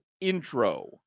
intro